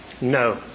No